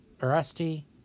Rusty